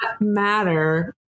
matter